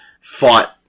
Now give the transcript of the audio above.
fought